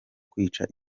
kwica